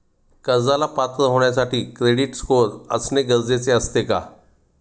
कर्जाला पात्र होण्यासाठी क्रेडिट स्कोअर असणे गरजेचे असते का?